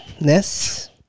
Ness